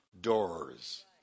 doors